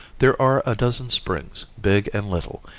there are a dozen springs, big and little,